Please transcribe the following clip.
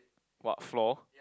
what floor